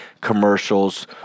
commercials